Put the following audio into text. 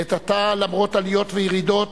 לעת עתה, למרות עליות וירידות,